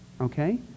okay